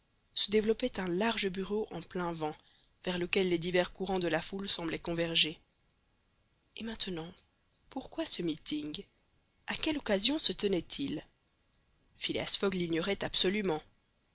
se développait un large bureau en plein vent vers lequel les divers courants de la foule semblaient converger et maintenant pourquoi ce meeting a quelle occasion se tenait-il phileas fogg l'ignorait absolument